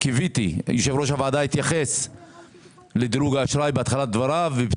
יושב ראש הוועדה התייחס לתחזית חברת דירוג האשראי בפתח דבריו.